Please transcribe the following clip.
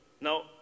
Now